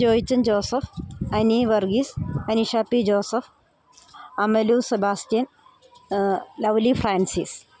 Joychan Joseph Ani Varghese Anisha P Joseph Amalu Sebastian Lovely Francis